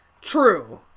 true